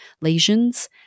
lesions